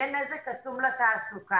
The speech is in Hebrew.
יהיה נזק עצום לתעסוקה,